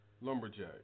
Lumberjack